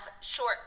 short